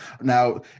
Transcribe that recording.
Now